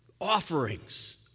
offerings